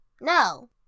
no